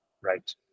Right